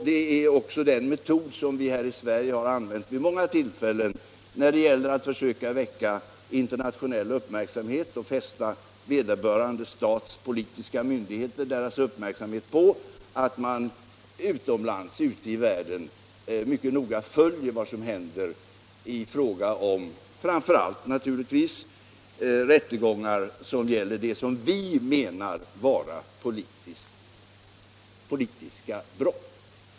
Det är också den metod som vi här i Sverige vid många tillfällen har använt när det gällt att söka väcka internationell uppmärksamhet och göra klart för vederbörande stats politiska myndigheter att man ute i världen mycket noga följer vad som händer i fråga om framför allt naturligtvis rättegångar som gäller vad vi menar vara politiska brott.